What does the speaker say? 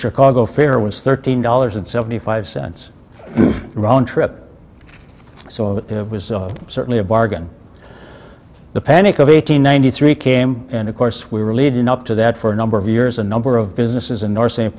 chicago fare was thirteen dollars and seventy five cents roundtrip so it was certainly a bargain the panic of eight hundred ninety three came and of course we were leading up to that for a number of years a number of businesses in nor